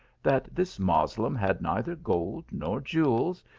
that this moslem had neither gold nor jew els,